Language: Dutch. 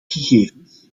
gegevens